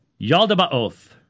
Yaldabaoth